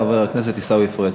חבר הכנסת עיסאווי פריג'.